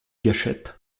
gâchette